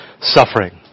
suffering